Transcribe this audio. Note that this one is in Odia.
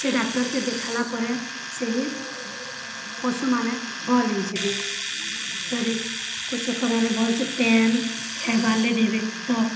ସେ ଡାକ୍ତରକେ ଦେଖଲା ପରେ ସେହି ପଶୁମାନେ ଭଲ୍ ହେଇଯିବେ ଯଦି କୃଷକମାନେ ଭଲ୍ସେ ପାଏନ୍ ଖାଇବାର ଲାଗି ଦେବେ ତ